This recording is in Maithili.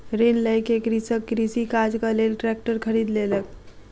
ऋण लय के कृषक कृषि काजक लेल ट्रेक्टर खरीद लेलक